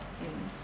mm